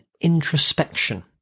introspection